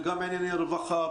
וגם ענייני רווחה,